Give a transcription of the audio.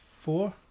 four